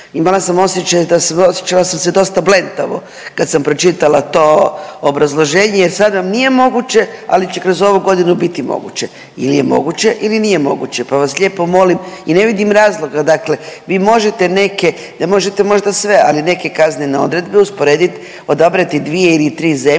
imala sam osjećaj, osjećala sam se dosta blentavo kad sam pročitala to obrazloženje jer sad vam nije moguće, ali će kroz ovu godinu biti moguće. Ili je moguće ili nije moguće, pa vas lijepo molim i ne vidim razloga dakle vi možete neke, ne možete možda sve, ali neke kaznene odredbe usporediti, odabrati dvije ili tri zemlje